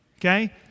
okay